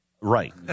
Right